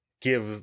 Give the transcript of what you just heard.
give